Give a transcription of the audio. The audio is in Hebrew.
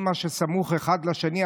כל מה שסמוך אחד לשני,